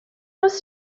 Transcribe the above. was